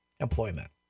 Employment